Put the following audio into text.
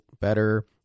better